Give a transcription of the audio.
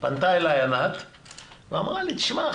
פנתה אליי ענת ואמרה לי: תשמע,